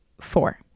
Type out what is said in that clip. four